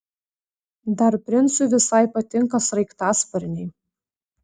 dar princui visai patinka sraigtasparniai